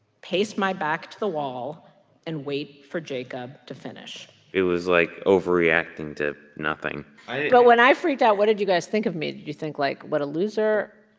pace my back to the wall and wait for jacob to finish it was, like, overreacting to nothing nothing but when i freaked out, what did you guys think of me? did you think, like, what a loser?